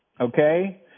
Okay